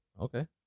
okay